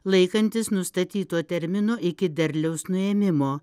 laikantis nustatyto termino iki derliaus nuėmimo